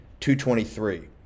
.223